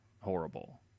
horrible